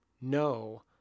no